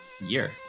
year